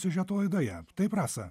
siužetų laidoje taip rasa